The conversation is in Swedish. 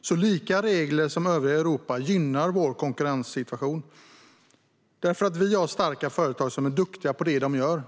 Så lika regler som möjligt som i övriga Europa gynnar vår konkurrenssituation, därför att vi har starka företag som är duktiga på det de gör.